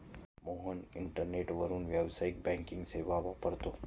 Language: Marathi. मोहन इंटरनेटवरून व्यावसायिक बँकिंग सेवा वापरतो